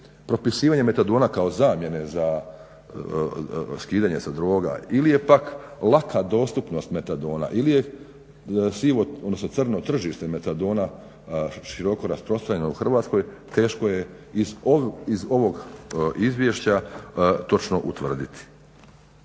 propisivanje metadona kao zamjene za skidanje sa droga ili je pak laka dostupnost metadona ili je sivo, odnosno crno tržište metadona široko rasprostranjeno u Hrvatskoj teško je iz ovog Izvješća točno utvrditi.